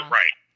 right